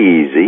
easy